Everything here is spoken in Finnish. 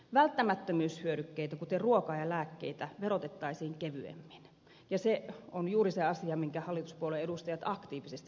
välttämättömyyshyödykkeitä kuten ruokaa ja lääkkeitä verotettaisiin kevyemmin ja se on juuri se asia minkä hallituspuolueiden edustajat aktiivisesti unohtavat